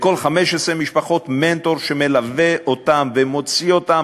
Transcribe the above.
לכל 15 משפחות מנטור שמלווה אותן ומוציא אותן